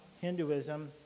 Hinduism